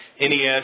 NES